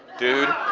dude.